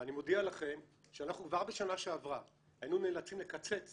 אני מודיע לכם שאנחנו כבר בשנה שעברה היינו נאלצים לקצץ